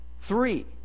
three